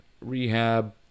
rehab